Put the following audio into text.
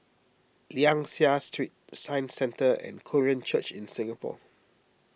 Liang Seah Street Science Centre and Korean Church in Singapore